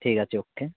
ঠিক আছে ও কে